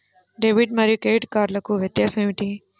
Debit మరియు credit కార్డ్లకు వ్యత్యాసమేమిటీ?